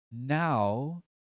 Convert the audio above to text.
Now